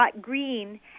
Green